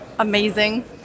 Amazing